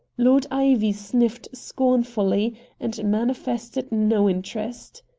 lord ivy sniffed scornfully and manifested no interest.